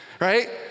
right